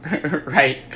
right